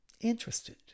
interested